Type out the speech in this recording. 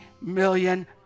million